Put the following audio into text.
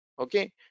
okay